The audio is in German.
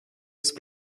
ist